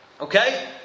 Okay